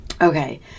Okay